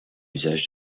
usage